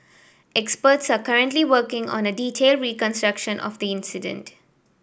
experts are currently working on a detailed reconstruction of the incident